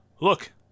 Look